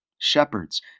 Shepherds